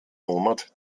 monat